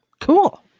Cool